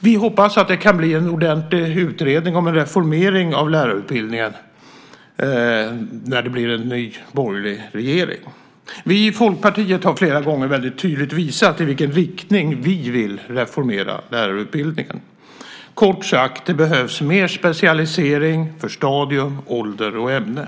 Vi hoppas att det kan bli en ordentlig utredning och reformering av lärarutbildningen när det blir en ny borgerlig regering. Vi i Folkpartiet har flera gånger väldigt tydligt visat i vilken riktning vi vill reformera lärarutbildningen. Kort sagt, det behövs mer specialisering för stadium, ålder och ämne.